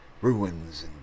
ruins